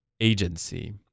agency